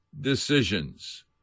decisions